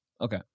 Okay